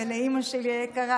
ולאימא שלי היקרה,